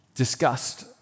discussed